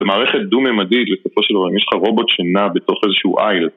במערכת דו-ממדית בסופו של דבר, יש לך רובוט שנע בתוך איזשהו איל